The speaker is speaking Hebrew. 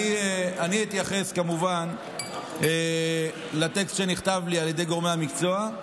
אני אתייחס כמובן לטקסט שנכתב לי על ידי גורמי המקצוע.